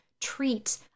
treat